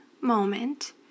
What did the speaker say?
moment